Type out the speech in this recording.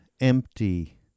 empty